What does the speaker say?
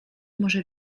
może